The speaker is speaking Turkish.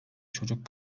çocuk